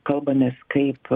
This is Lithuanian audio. kalbamės kaip